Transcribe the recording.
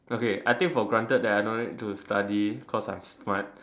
okay I take for granted that I don't need to study because I'm smart